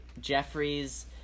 Jeffries